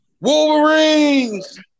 Wolverines